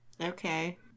Okay